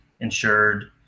insured